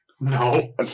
No